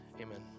amen